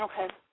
Okay